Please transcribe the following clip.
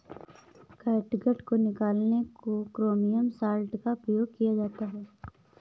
catgut को निकालने में क्रोमियम सॉल्ट का प्रयोग किया जाता है